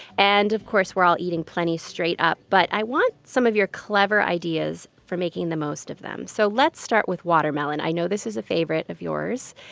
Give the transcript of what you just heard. and of course, we're all eating plenty straight-up, but i want some of your clever ideas for making the most of them. so let's start with watermelon. i know this is a favorite of yours.